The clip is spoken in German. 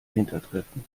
hintertreffen